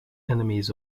enemies